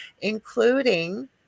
including